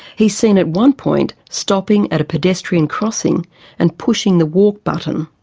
he's seen at one point stopping at a pedestrian crossing and pushing the walk button.